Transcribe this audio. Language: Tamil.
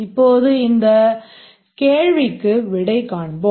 இப்போது இந்த கேள்விக்கு விடை காண்போம்